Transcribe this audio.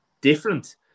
different